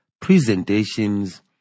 presentations